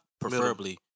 preferably